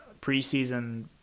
preseason